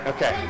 Okay